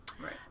Right